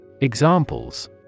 Examples